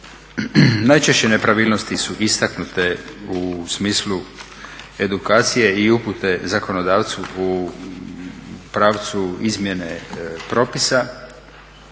Najčešće nepravilnosti su istaknute u smislu edukacije i upute zakonodavcu u pravcu izmjene propisa.